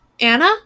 Anna